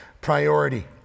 priority